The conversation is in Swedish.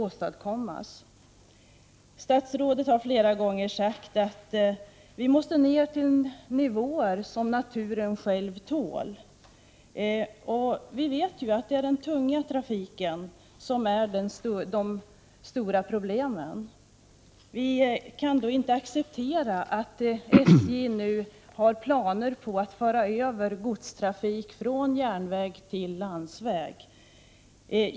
Statsrådet har flera gånger sagt att vi måste komma ner på nivåer som naturen själv tål. Vi vet ju att det är den tunga trafiken som utgör det stora problemet. Vi kan då inte acceptera att SJ nu har planer på att föra över godstrafik från järnväg till landsväg.